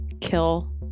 Kill